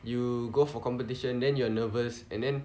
you go for competition then you are nervous and then